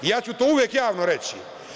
Ja ću to uvek javno reći.